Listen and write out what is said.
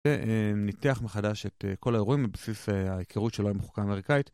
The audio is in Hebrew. זה ניתח מחדש את כל האירועים על בסיס ההיכרות שלו עם החוקה האמריקאית.